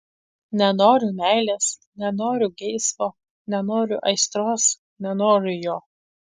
nenoriu meilės nenoriu geismo nenoriu aistros nenoriu jo